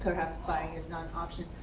perhaps buying is not an option,